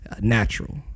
natural